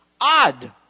Odd